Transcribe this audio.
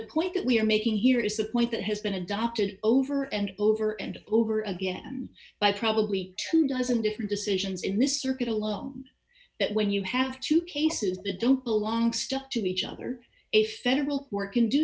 point that we're making here is the point that has been adopted over and over and over again by probably two dozen different decisions in this circuit alone that when you have two cases that don't belong stuck to each other a federal